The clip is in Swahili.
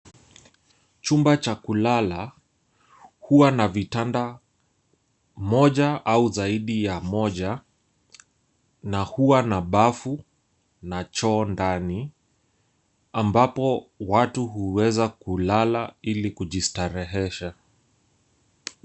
Chumba cha kulala huwa na vitanda moja au zaidi ya moja na huwa na bafu na choo ndani ambapo watu huweza kulala ili kujistarehesha.